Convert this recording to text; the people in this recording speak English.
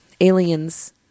aliens